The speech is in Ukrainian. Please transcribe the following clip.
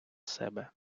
себе